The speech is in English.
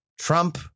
Trump